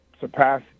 surpass